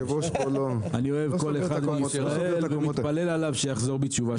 אני אוהב כל אחד מישראל ומתפלל עליו שיחזור בתשובה שלמה.